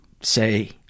say